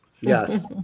Yes